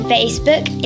Facebook